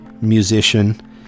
musician